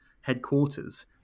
headquarters